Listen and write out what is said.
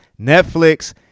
Netflix